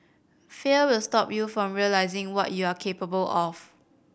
fear will stop you from realising what you are capable of